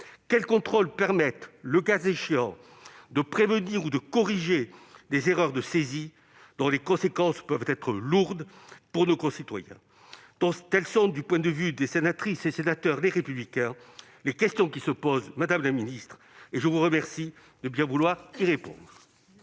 Quels contrôles permettent, le cas échéant, de prévenir ou de corriger des erreurs de saisie, dont les conséquences peuvent être lourdes pour nos concitoyens ? Telles sont, pour les sénatrices et les sénateurs du groupe Les Républicains, les questions qui se posent, madame la ministre, et auxquelles nous vous remercions de bien vouloir répondre.